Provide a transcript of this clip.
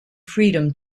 freedom